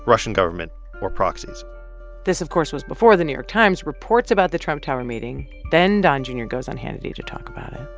russian government or proxies this, of course, was before the new york times reports about the trump tower meeting. then don jr. goes on hannity to talk about it.